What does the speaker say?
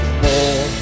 more